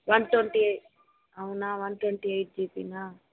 one twenty eight అవునా one twenty eight జీబీనా